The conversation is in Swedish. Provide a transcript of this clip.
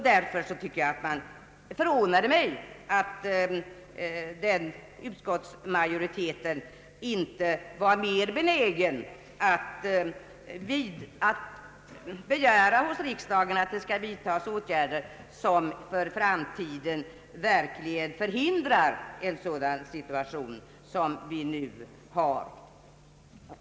Därför förvånar det mig att utskottsmajoriteten inte varit mera benägen att begära åtgärder, som för framtiden verkligen förhindrar att vi kommer i den situation vi nu hamnat i.